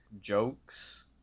jokes